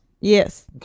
Yes